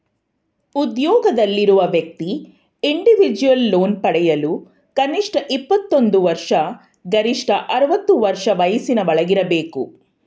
ಉದ್ಯೋಗದಲ್ಲಿರುವ ವ್ಯಕ್ತಿ individual loan ಪಡೆಯಲು ಕನಿಷ್ಠ ಇಪ್ಪತ್ತೊಂದು ವರ್ಷ ಗರಿಷ್ಠ ಅರವತ್ತು ವರ್ಷ ವಯಸ್ಸಿನ ಒಳಗಿರಬೇಕು